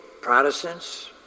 Protestants